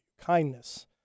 Kindness